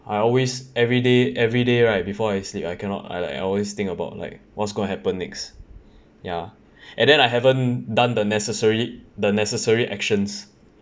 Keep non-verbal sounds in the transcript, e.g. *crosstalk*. I always everyday everyday right before I sleep I cannot I like always think about like what's going to happen next ya *breath* and then I haven't done the necessary the necessary actions